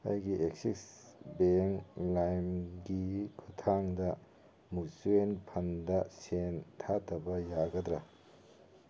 ꯑꯩꯒꯤ axis bank ꯂꯥꯏꯝꯒꯤ ꯈꯨꯠꯊꯥꯡꯗ ꯃꯨꯆ꯭ꯋꯦꯜ ꯐꯟꯗ ꯁꯦꯟ ꯊꯥꯊꯕ ꯌꯥꯒꯗ꯭ꯔꯥ